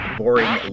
boring